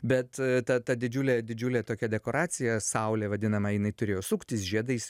bet ta ta didžiulė didžiulė tokia dekoracija saulė vadinama jinai turėjo suktis žiedais